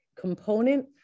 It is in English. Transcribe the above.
component